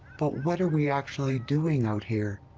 but what are we actually doing out here?